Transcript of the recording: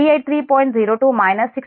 02 69